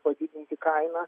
padidinti kainą